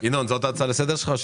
הצעה לסדר-היום בנושא